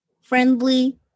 friendly